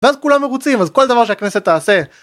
ואז כולם מרוצים, אז כל דבר שהכנסת תעשה